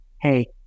hey